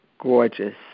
gorgeous